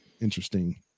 interesting